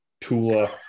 tula